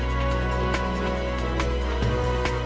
or